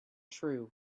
true